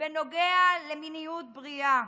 בנוגע למיניות בריאה.